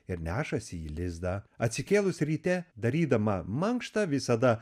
ir nešasi į lizdą atsikėlus ryte darydama mankštą visada